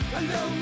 Hello